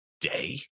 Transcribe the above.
day